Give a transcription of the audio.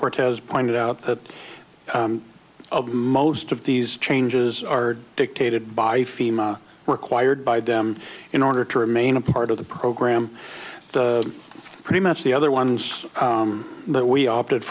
cortez pointed out that most of these changes are dictated by fema required by them in order to remain a part of the program pretty much the other ones but we opted